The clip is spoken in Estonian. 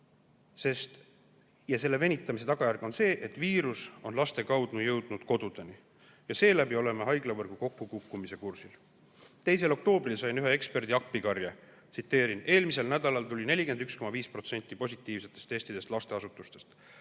Selle venitamise tagajärg on see, et viirus on laste kaudu jõudnud kodudesse ja seeläbi oleme haiglavõrgu kokkukukkumise kursil. 2. oktoobril sain ühe eksperdi appikarje: "Eelmisel nädalal tuli 41,5% positiivsetest testidest lasteasutustest.